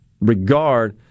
regard